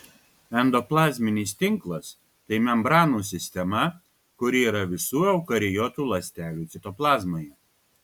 endoplazminis tinklas tai membranų sistema kuri yra visų eukariotų ląstelių citoplazmoje